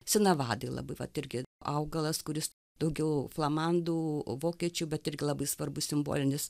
sinavadai labai vat irgi augalas kuris daugiau flamandų vokiečių bet irgi labai svarbus simbolinis